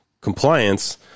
compliance